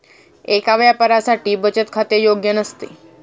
एका व्यापाऱ्यासाठी बचत खाते योग्य नसते